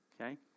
Okay